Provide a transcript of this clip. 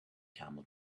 camel